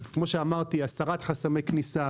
אז כמו שאמרתי: הסרת חסמי כניסה,